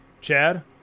Chad